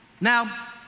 Now